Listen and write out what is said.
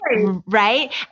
right